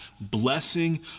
blessing